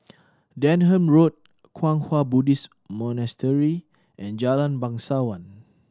Denham Road Kwang Hua Buddhist Monastery and Jalan Bangsawan